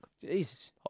Jesus